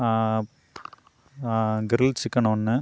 grill chicken ஒன்று